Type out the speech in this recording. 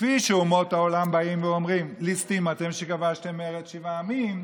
לפי שאומות העולם באים ואומרים: ליסטים אתם שכבשתם ארץ שבעה עמים,